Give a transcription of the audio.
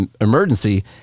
emergency